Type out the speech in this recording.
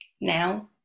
now